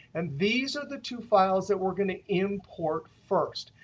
and these are the two files that we're going to import first.